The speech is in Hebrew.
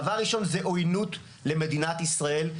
דבר ראשון זה עוינות למדינת ישראל.